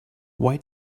why